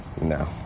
No